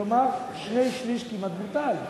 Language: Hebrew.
כלומר, כמעט שני-שלישים בוטלו.